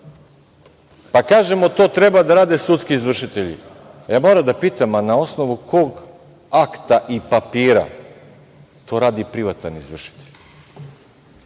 Pa kažemo da to treba da rade sudski izvršitelji. Moram da pitam – a na osnovu kog akta i papira to radi privatan izvršitelj?